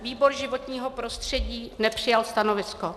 Výbor životního prostředí nepřijal stanovisko.